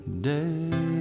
day